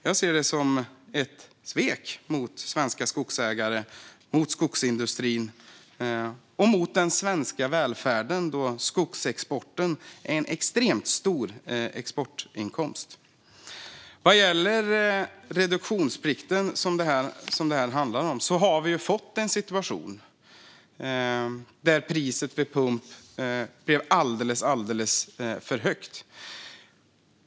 Jag ser det som ett svek mot svenska skogsägare, mot skogsindustrin och mot den svenska välfärden, då skogsexporten är en extremt stor exportinkomst. Vad gäller reduktionsplikten, som det här handlar om, hade vi fått en situation där priset vid pump blev alldeles för högt.